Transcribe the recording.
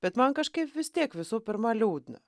bet man kažkaip vis tiek visų pirma liūdna